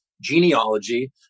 genealogy